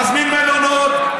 מזמין מלונות,